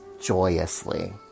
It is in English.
joyously